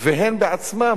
והם עצמם,